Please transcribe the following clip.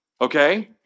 Okay